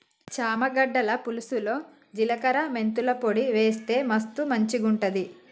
చామ గడ్డల పులుసులో జిలకర మెంతుల పొడి వేస్తె మస్తు మంచిగుంటది